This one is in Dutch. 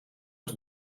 het